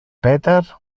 peter